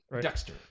Dexter